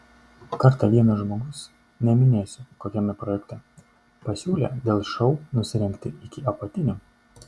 kartą vienas žmogus neminėsiu kokiame projekte pasiūlė dėl šou nusirengti iki apatinių